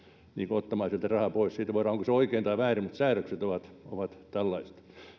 ottamaan rahaa pois siitä voidaan keskustella onko se oikein vai väärin mutta säädökset ovat ovat tällaiset